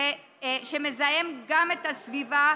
שמזהם גם את הסביבה.